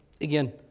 again